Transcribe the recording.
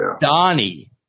Donnie